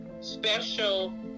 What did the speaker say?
special